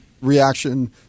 reaction